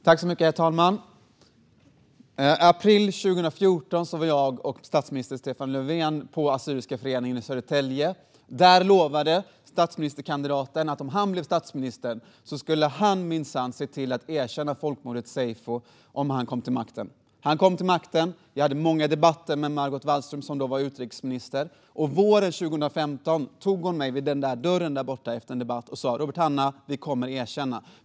Herr talman! I april 2014 var jag och Stefan Löfven på Assyriska Föreningen i Södertälje. Där lovade den dåvarande statsministerkandidaten att han minsann skulle se till att erkänna folkmordet seyfo om han kom till makten. Han kom till makten. Jag hade många debatter med Margot Wallström, som då var utrikesminister. Våren 2015 tog hon tag i mig vid en av kammarens dörrar efter en debatt och sa: Robert Hannah, vi kommer att erkänna.